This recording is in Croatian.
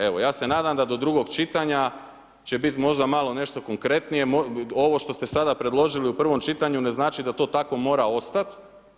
Evo ja se nadam da do drugog čitanja će biti možda malo nešto konkretnije, ovo što ste sada preložili u prvom čitanju, ne znači da to tako mora ostati.